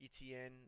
Etn